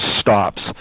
stops